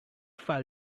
file